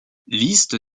liste